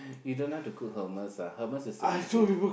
you don't know how to cook hummus ah hummus is a easy dish